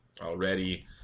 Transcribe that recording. already